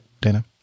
Dana